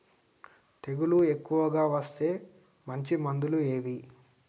తెగులు ఎక్కువగా వస్తే మంచి మందులు ఏవి?